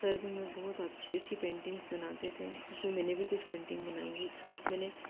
sir भी हमें बहुत अच्छी अच्छी पेंटिंग्स बनाते थे उसमें मैंने भी कुछ पेंटिंगस बनाई है एक मैंने